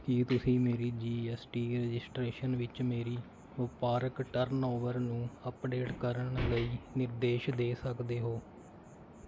ਕੀ ਤੁਸੀਂ ਮੇਰੀ G S T registration ਵਿੱਚ ਮੇਰੀ ਵਪਾਰਕ ਟਰਨਓਵਰ ਨੂੰ ਅੱਪਡੇਟ ਕਰਨ ਲਈ ਨਿਰਦੇਸ਼ ਦੇ ਸਕਦੇ ਹੋ